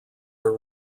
are